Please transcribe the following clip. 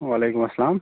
وَعلیکُم اَسَلام